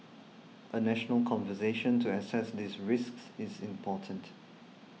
a national conversation to assess these risks is important